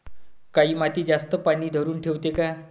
काळी माती जास्त पानी धरुन ठेवते का?